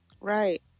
Right